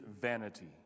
vanity